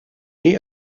geh